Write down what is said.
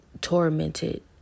tormented